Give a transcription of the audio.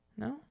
No